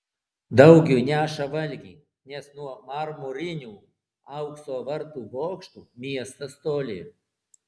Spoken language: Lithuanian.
daugiui neša valgį nes nuo marmurinių aukso vartų bokštų miestas toli